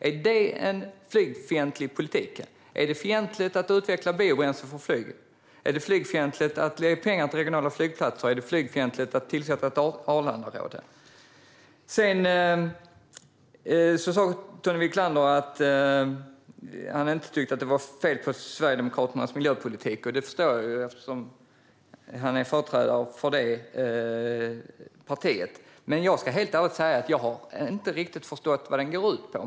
Är det en flygfientlig politik? Är det flygfientligt att utveckla biobränsle för flyget? Är det flygfientligt att lägga pengar på regionala flygplatser? Är det flygfientligt att tillsätta ett Arlandaråd? Tony Wiklander sa att han inte tycker att det är fel på Sverigedemokraternas miljöpolitik. Det förstår jag, eftersom han är företrädare för det partiet. Jag ska dock helt ärligt säga att jag inte riktigt har förstått vad den går ut på.